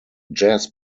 jazz